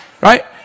right